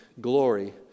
glory